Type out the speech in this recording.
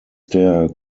der